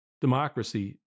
democracy